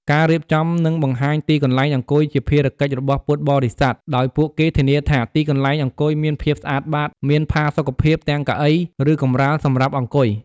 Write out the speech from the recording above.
ពុទ្ធបរិស័ទមានតួនាទីក្នុងការរៀបចំ និងនាំយក ទឹកសុទ្ធ ទឹកផ្លែឈើ អាហារសម្រន់ ឬអាហារពេលបរិភោគ ទៅជូនភ្ញៀវ។